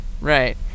Right